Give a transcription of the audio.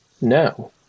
no